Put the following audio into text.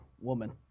woman